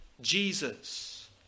Jesus